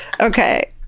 okay